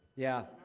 yeah,